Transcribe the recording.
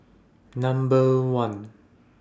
Number one